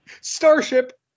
Starship